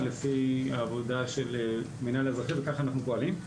לפי העבודה של מינהל אזרחי וכך אנחנו פועלים.